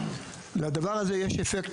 לדבר הזה יש אפקט